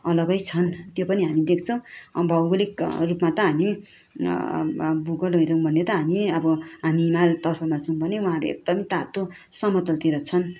अलगै छन् त्यो पनि हामी देख्छौँ भौगोलिक रूपमा त हामी भूगोल हेरौँ भने त अब हामी हिमाल तर्फमा छौँ भने उहाँहरू एकदम तातो समतलतिर छन्